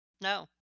No